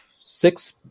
six